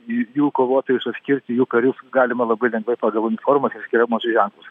ir jų kovotojus atskirti jų karius galima labai lengvai pagal uniformas ir skiriamuosius ženklus